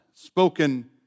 spoken